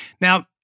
Now